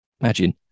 Imagine